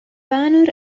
vanur